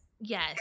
Yes